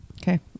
okay